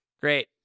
Great